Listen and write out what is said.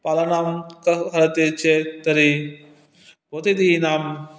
पालनं कः करोति चेत् तर्हि प्रतिदिनम्